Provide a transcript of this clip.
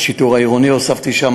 את השיטור העירוני הוספתי שם.